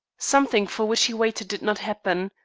something for which he waited did not happen.